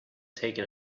taken